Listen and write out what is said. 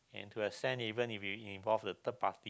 into the stand even if you involve the third party